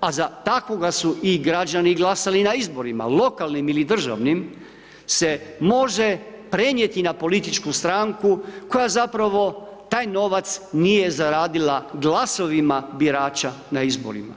a za takvoga su i građani glasali na izborima, lokalnim ili državnim, se može prenijeti na političku stranku koja zapravo taj novac nije zaradila glasovima birača na izborima.